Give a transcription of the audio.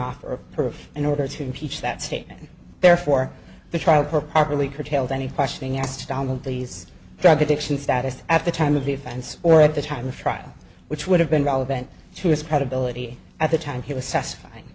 offer of an order to impeach that statement therefore the trial her properly curtailed any questioning asked donald these drug addiction status at the time of the events or at the time of trial which would have been relevant to this probability at the time he was testifying